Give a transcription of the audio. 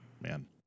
man